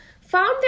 found